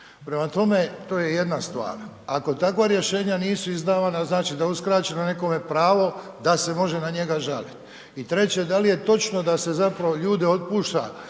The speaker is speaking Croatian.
Prema tome, to je jedna stvar, ako takva rješenja nisu izdavana znači da je uskraćeno nekome pravo da se može na njega žaliti. I treće da li je točno da se zapravo ljude otpušta